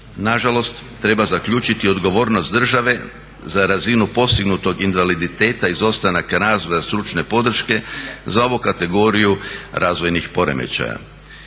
Nažalost, treba zaključiti odgovornost države za razinu postignutog invaliditeta izostanaka razvoja stručne podrške za ovu kategoriju razvojnih poremećaja.